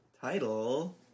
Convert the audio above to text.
title